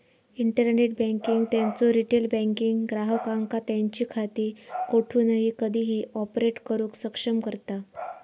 internet banking त्यांचो retail banking ग्राहकांका त्यांची खाती कोठूनही कधीही ऑपरेट करुक सक्षम करता